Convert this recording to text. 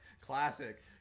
classic